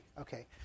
Okay